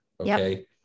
Okay